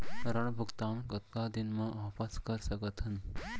ऋण भुगतान कतका दिन म वापस कर सकथन?